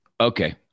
Okay